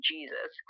Jesus